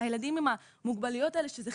הילדים עם המוגבלויות האלה סליחה,